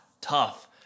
tough